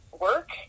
work